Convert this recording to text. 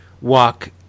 walk